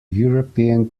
european